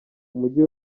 umujyi